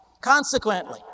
Consequently